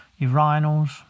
urinals